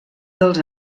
dels